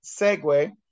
segue